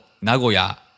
Nagoya